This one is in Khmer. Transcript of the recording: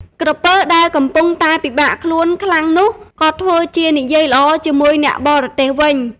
ក្រពើដែលកំពុងតែពិបាកខ្លួនខ្លាំងនោះ ក៏ធ្វើជានិយាយល្អជាមួយអ្នកបរទេះវិញ។